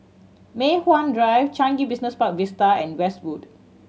Mei Hwan Drive Changi Business Park Vista and Westwood